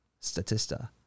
statista